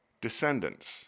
descendants